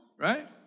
Right